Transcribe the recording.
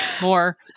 more